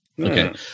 Okay